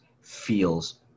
feels